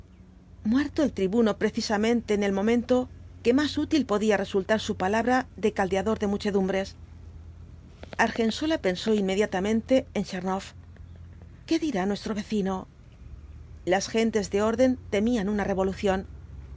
muerto el tribuno precisamente en el momento que más útil podía resultar su palabra de caldeador de muchedumbres argensola pensó inmediatamente en tchernoff qué dirá nuestro vecino las gentee de orden temían una revolución